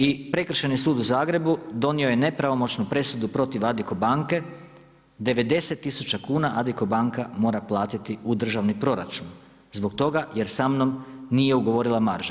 I Prekršajni sud u Zagrebu donio je nepravomoćnu presudu protiv Adico banke 90 tisuća kuna Adico banka mora platiti u državni proračun zbog toga jer sa mnom nije ugovorila marže.